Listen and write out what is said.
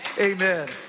Amen